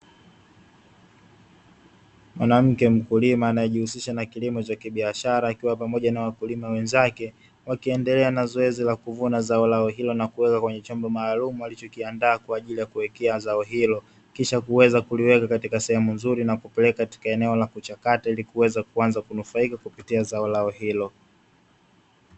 Mwanamke mkulima anaejihusisha na kilimo cha kibiashara akiwa pamoja na wakulima wenzake, wakiendelea na zoezi la kuvuna zao lao hilo na kuweka kwenye chombo maalumu walichokiandaa kwa ajili ya kuwekea zao hilo. Kisha kuweza kuliweka katika sehemu nzuri na kupeleka katika eneo la kuchakata ili kuweza kuanza kunufaika kupitia zao lao hilo.